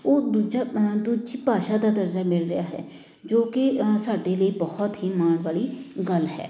ਉਹ ਦੂਜਾ ਦੂਜੀ ਭਾਸ਼ਾ ਦਾ ਦਰਜਾ ਮਿਲ ਰਿਹਾ ਹੈ ਜੋ ਕਿ ਸਾਡੇ ਲਈ ਬਹੁਤ ਹੀ ਮਾਣ ਵਾਲੀ ਗੱਲ ਹੈ